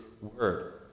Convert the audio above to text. Word